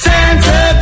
Santa